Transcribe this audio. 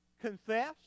confess